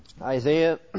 Isaiah